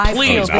Please